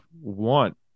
want